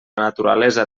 naturalesa